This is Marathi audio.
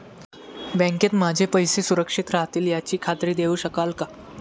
बँकेत माझे पैसे सुरक्षित राहतील याची खात्री देऊ शकाल का?